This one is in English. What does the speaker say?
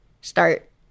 start